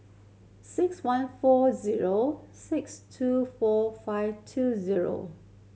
six one four zero six two four five two zero